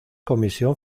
comisión